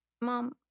Mom